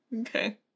Okay